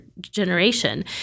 generation